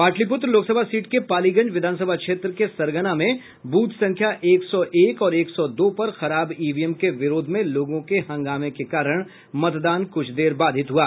Pataliputra Lok Sabha seat के पालीगंज विधानसभा क्षेत्र सरगना में ब्रथ संख्या एक सौ एक और एक सौ दो पर खराब ईवीएम के विरोध में लोगों के हंगामे के कारण मतदान कुछ देर बाधित हुआ